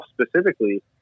specifically